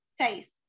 taste